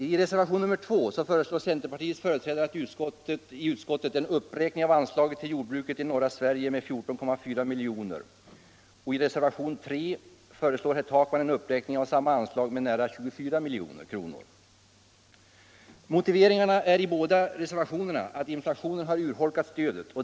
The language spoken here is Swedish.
I reservation nr 2 föreslår centerpartiets företrädare i utskottet en uppräkning av anslaget till jordbruket i norra Sverige med 14,4 milj.kr., och i reservation nr 3 föreslår herr Takman en uppräkning av samma anslag med nära 24 milj.kr. Motiveringen är i båda reservationerna att inflationen urholkat stödet.